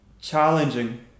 Challenging